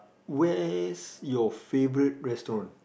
where's your faourite restaurant